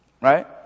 right